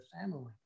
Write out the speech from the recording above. family